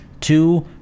Two